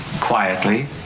quietly